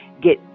get